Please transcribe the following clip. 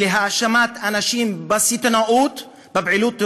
בהאשמת אנשים בסיטונות בפעילות טרור?